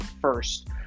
first